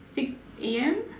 six A_M